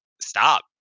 Stop